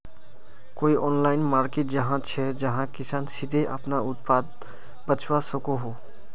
कोई online market जगह छे जहाँ किसान सीधे अपना उत्पाद बचवा सको हो?